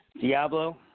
Diablo